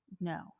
No